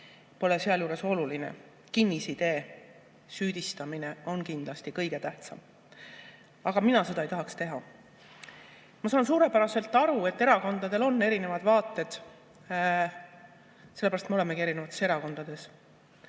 pole sealjuures oluline. Kinnisidee, süüdistamine on kindlasti kõige tähtsam. Aga mina seda ei tahaks teha. Ma saan suurepäraselt aru, et erakondadel on erinevad vaated. Sellepärast me olemegi erinevates erakondades.